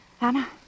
Anna